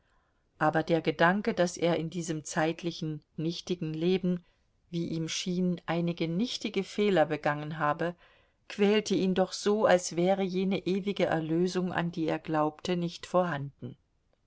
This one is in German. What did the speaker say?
aber der gedanke daß er in diesem zeitlichen nichtigen leben wie ihm schien einige nichtige fehler begangen habe quälte ihn doch so als wäre jene ewige erlösung an die er glaubte nicht vorhanden